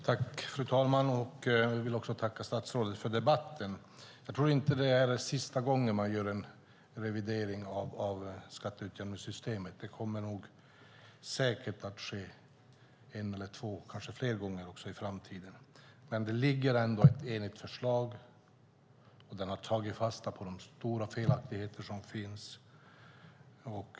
Fru talman! Tack, statsrådet, för debatten. Jag tror inte att det här är sista gången man gör en revidering av skatteutjämningssystemet. Det kommer säkert att ske en eller två och kanske fler gånger i framtiden. Det föreligger ändå ett enigt förslag där man har tagit fasta på de stora felaktigheterna.